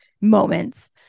moments